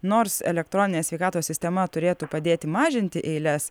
nors elektroninė sveikatos sistema turėtų padėti mažinti eiles